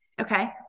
Okay